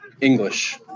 English